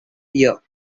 year